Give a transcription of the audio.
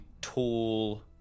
tall